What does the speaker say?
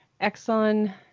Exxon